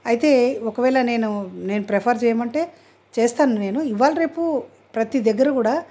అయితే ఒకవేళ నేను నేను ప్రిఫర్ చేయమంటే చేస్తాను నేను ఇవ్వాళ రేపు ప్రతీ దగ్గర కూడా